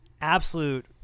absolute